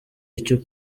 icyo